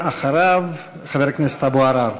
ואחריו, חבר הכנסת אבו עראר.